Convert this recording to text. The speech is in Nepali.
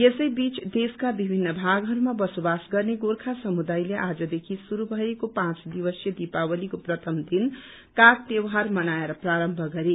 यसैबीच देशका विभिन्न भागहरूमा बसोबास गर्ने गोर्खा समुदायले आजदेखि शुरू भएको पाँच दिवसीय दीपावलीको प्रथम दिन काग तिहार मनाएर प्रारम्भ गरे